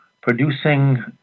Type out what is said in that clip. producing